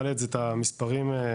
אני מעלה את המספרים המדויקים,